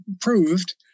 proved